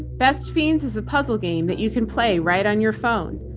best fiends is a puzzle game that you can play right on your phone.